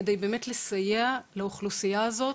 כדי באמת לסייע לאוכלוסייה הזאת